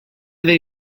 they